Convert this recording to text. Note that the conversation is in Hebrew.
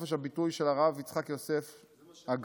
חופש הביטוי של הרב יצחק יוסף הגאון,